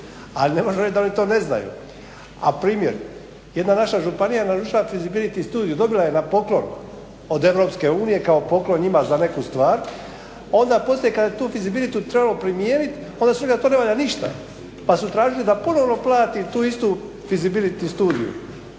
Ali ne možete reći da oni to ne znaju. A primjer, jedna naša županija naručila je Fisibility studiju, dobila je na poklon od EU kao poklon njima za neku stvar. Onda poslije kada je tu fisibility trebalo primijeniti onda su rekli da to ne valja ništa, pa su tražili da ponovno plati tu istu Fisibility studiju.